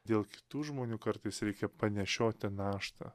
dėl kitų žmonių kartais reikia panešioti naštą